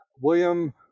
William